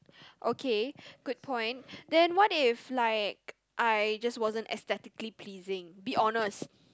okay good point then what if like I just wasn't aesthetically pleasing be honest